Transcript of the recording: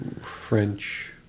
French